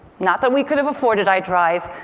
not that we could have afforded i drive,